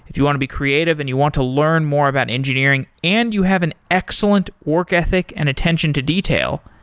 you want to be creative and you want to learn more about engineering and you have an excellent work ethic and attention to detail,